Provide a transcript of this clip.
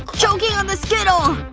choking on the skittle!